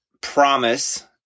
promise